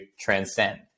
transcend